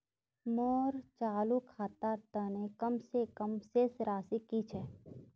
मोर चालू खातार तने कम से कम शेष राशि कि छे?